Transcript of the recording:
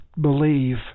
believe